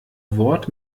wort